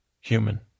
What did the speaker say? human